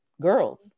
girls